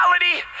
reality